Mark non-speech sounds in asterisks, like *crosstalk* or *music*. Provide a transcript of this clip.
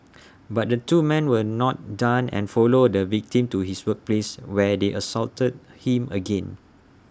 *noise* but the two man were not done and followed the victim to his workplace where they assaulted him again